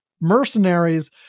mercenaries